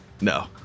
No